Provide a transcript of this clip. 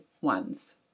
ones